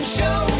show